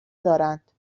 دارند